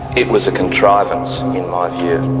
it was a contrivance in my view.